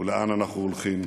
ולאן אנחנו הולכים.